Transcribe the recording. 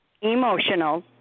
emotional